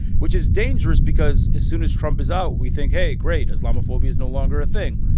which is dangerous because as soon as trump is out, we think hey, great islamophobia is no longer a thing.